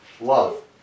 Love